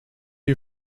you